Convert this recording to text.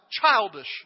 childish